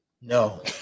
No